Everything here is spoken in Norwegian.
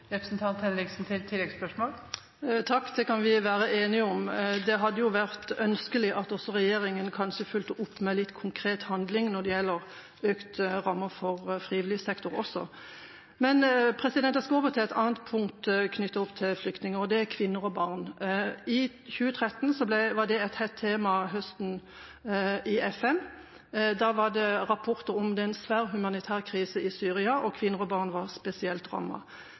Det kan vi være enige om. Det hadde vært ønskelig at regjeringa kanskje fulgte opp med litt konkret handling når det gjelder økte rammer for frivillig sektor også. Jeg skal gå over til et annet punkt knyttet til flyktninger, og det er kvinner og barn: I 2013 var det et hett tema på høsten i FN. Da var det rapporter om en svær humanitær krise i Syria, og kvinner og barn var spesielt